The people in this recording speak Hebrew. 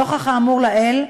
נוכח האמור לעיל,